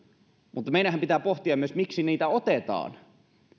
mutta meidänhän pitää pohtia myös sitä miksi niitä otetaan